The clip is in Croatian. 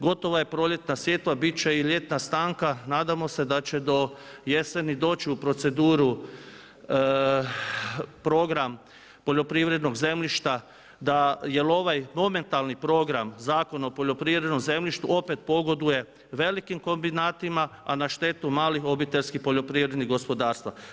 Gotova je proljetna sjetva, biti će i ljetna stanka, nadamo se da će do jeseni doći u proceduru program poljoprivrednog zemljišta da, jer ovaj momentalni program, Zakon o poljoprivrednom zemljištu opet pogoduje velikim kombinatima a na štetu malih obiteljskih poljoprivrednih gospodarstava.